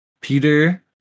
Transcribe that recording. Peter